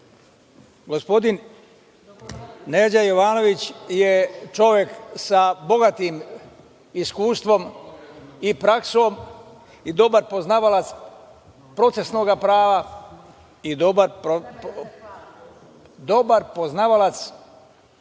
Neđo Jovanović je čovek sa bogatim iskustvom i praksom, dobar poznavalac procesnog prava i dobar poznavalac